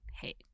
hey